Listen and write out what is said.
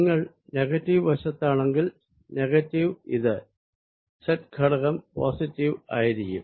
നിങ്ങൾ നെഗറ്റീവ് വശത്താണെങ്കിൽ നെഗറ്റീവ് ഇത് z ഘടകം പോസിറ്റീവ് ആയിരിക്കും